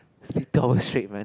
speak two hours straight man